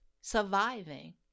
surviving